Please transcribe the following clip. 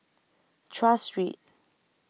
Tras Street